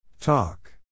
Talk